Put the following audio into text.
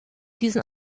diesen